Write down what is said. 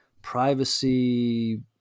privacy